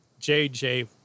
JJ